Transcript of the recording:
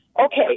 okay